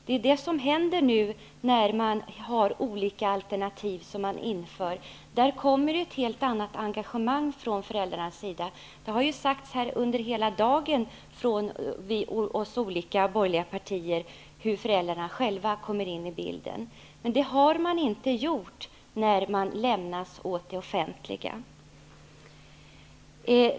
Det får de nu när man inför olika alternativ. Då känner föräldrarna ett helt annat engagemang. Det har ju under hela dagen från de olika borgerliga partiernas sida talats om hur föräldrarna själva kommer in i bilden. Men det sker inte när föräldrarna är utelämnade till det offentliga.